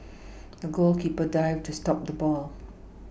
the goalkeeper dived to stop the ball